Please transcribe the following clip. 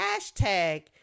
hashtag